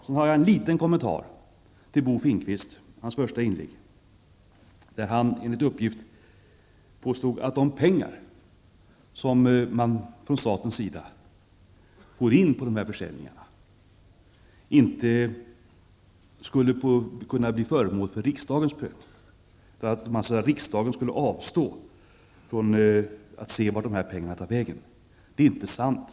Sedan har jag en liten kommentar till Bo Finnkvists första inlägg. Han påstod att användningen av de pengar som staten får in genom dessa försäljningar inte skulle bli föremål för riksdagens prövning. Riksdagen skulle avstå från att se vart pengarna tar vägen. Det är inte sant.